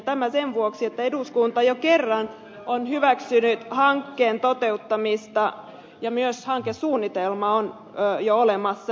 tämä sen vuoksi että eduskunta jo kerran on hyväksynyt hankkeen toteuttamisen ja myös hankesuunnitelma on jo olemassa